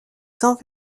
sans